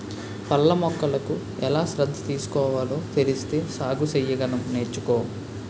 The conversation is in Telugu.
పళ్ళ మొక్కలకు ఎలా శ్రద్ధ తీసుకోవాలో తెలిస్తే సాగు సెయ్యగలం నేర్చుకో